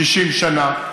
60 שנה,